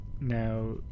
Now